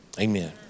Amen